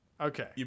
Okay